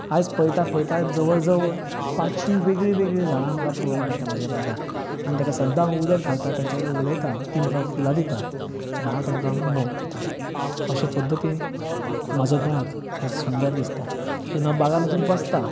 आयज पळयता पळयता जवळ जवळ पांचशी वेगळीं वेगळीं झाडां म्हाका पळोवंक मेळटा म्हज्या बागान आनी ताका सद्दा हांव उदक घालतां तांचे कडेन उलतां ती म्हाका फुलां दिता आनी ती म्हाका मोग दितां अशें पद्दतीन म्हजो बाग आयज सुंदर दिसतां जेन्ना हांव बागान वचून बसता